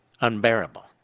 Unbearable